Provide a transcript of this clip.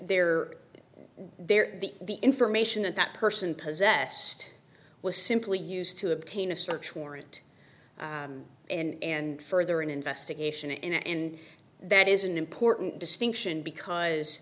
there there the information that that person possessed was simply used to obtain a search warrant and further an investigation and that is an important distinction because